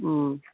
ꯎꯝ